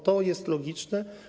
To jest logiczne.